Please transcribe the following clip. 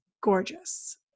gorgeous